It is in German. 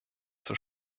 zur